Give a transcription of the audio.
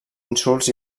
insults